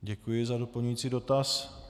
Děkuji za doplňující dotaz.